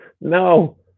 no